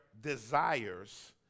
desires